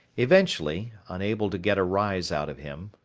eventually, unable to get a rise out of him,